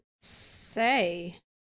say